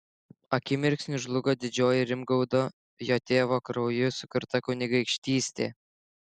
akimirksniu žlugo didžioji rimgaudo jo tėvo krauju sukurta kunigaikštystė